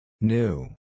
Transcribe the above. New